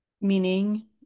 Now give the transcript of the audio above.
meaning